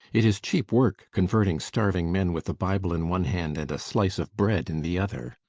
it is cheap work converting starving men with a bible in one hand and a slice of bread in the other.